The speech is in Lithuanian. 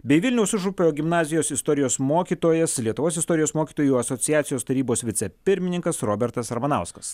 bei vilniaus užupio gimnazijos istorijos mokytojas lietuvos istorijos mokytojų asociacijos tarybos vicepirmininkas robertas ramanauskas